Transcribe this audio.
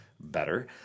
better